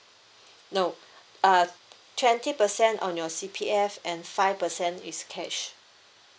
no uh twenty percent on your C_P_F and five percent is cash